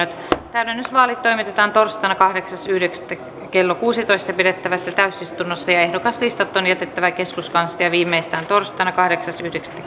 täydennysvaalit toimitetaan torstaina kahdeksas yhdeksättä kaksituhattakuusitoista kello kuudessatoista pidettävässä täysistunnossa ehdokaslistat on jätettävä keskuskansliaan viimeistään torstaina kahdeksas yhdeksättä